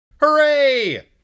Hooray